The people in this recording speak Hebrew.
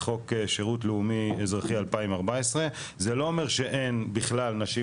זה חוק שירות לאומי אזרחי 2014. זה לא אומר שאין בכלל נשים